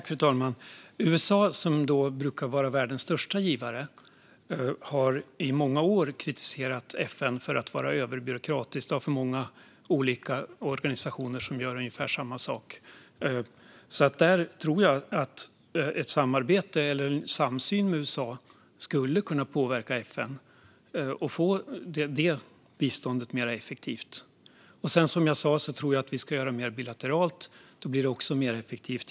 Fru talman! USA, som brukar vara världens största givare, har i många år kritiserat FN för att vara överbyråkratiskt och ha för många olika organisationer som gör ungefär samma sak. Jag tror att ett samarbete eller en samsyn med USA skulle kunna påverka FN att göra det biståndet mer effektivt. Jag tror som sagt även att vi ska göra biståndet mer bilateralt. Då blir det också mer effektivt.